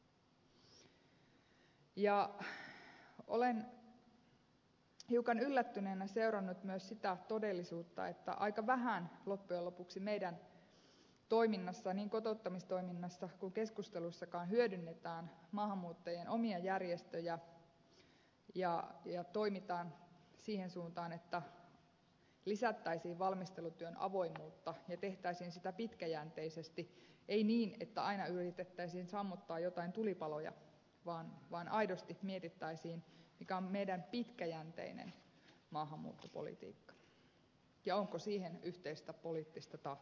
olen hiukan yllättyneenä seurannut myös sitä todellisuutta että aika vähän loppujen lopuksi meillä toiminnassa niin kotouttamistoiminnassa kuin keskusteluissakin hyödynnetään maahanmuuttajien omia järjestöjä ja toimitaan siihen suuntaan että lisättäisiin valmistelutyön avoimuutta ja tehtäisiin sitä pitkäjänteisesti ei niin että aina yritettäisiin sammuttaa joitain tulipaloja vaan aidosti mietittäisiin mitä on meidän pitkäjänteinen maahanmuuttopolitiikkamme ja onko siihen yhteistä poliittista tahtoa